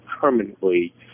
permanently